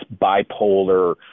bipolar